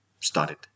started